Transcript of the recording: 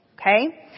Okay